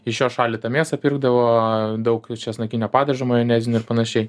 iš jo šaldytą mėsą pirkdavo daug česnakinio padažo majonezinio ir panašiai